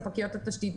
ספקיות התשתית.